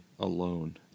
Alone